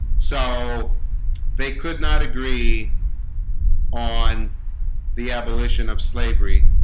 so they could not agree on the abolition of slavery